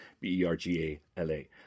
B-E-R-G-A-L-A